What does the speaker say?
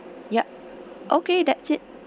yup okay that's it